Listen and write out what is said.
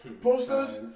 posters